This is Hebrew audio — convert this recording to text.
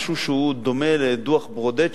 משהו שהוא דומה לדוח-ברודט,